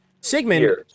Sigmund